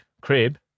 Crib